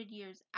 years